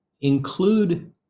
include